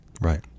Right